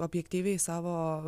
objektyviai savo